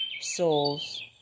souls